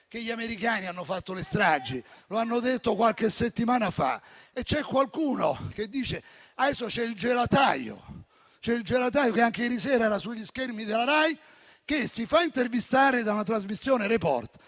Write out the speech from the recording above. che gli americani hanno fatto le stragi, e lo hanno detto qualche settimana fa. Qualcuno dice che adesso c'è il gelataio, che anche ieri sera era sugli schermi della Rai, che si fa intervistare dalla trasmissione «Report»